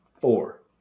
four